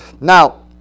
Now